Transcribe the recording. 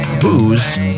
booze